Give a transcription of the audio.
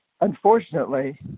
unfortunately